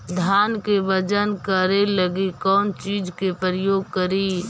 धान के बजन करे लगी कौन चिज के प्रयोग करि?